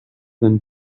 than